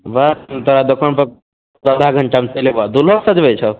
बस तोरा दोकानपर साबा घंटामे चैलि अयबऽ दूल्हो सजबै छहो